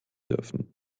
dürfen